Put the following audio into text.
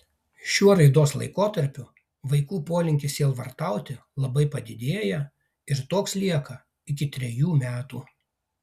šiuo raidos laikotarpiu vaikų polinkis sielvartauti labai padidėja ir toks lieka iki trejų metų